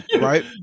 right